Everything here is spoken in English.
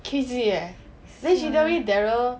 crazy eh then she tell me darryl